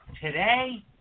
Today